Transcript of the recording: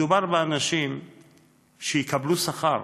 מדובר באנשים שיקבלו שכר,